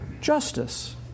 justice